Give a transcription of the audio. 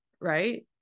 right